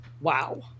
Wow